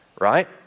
right